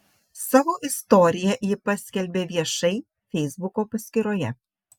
savo istoriją ji paskelbė viešai feisbuko paskyroje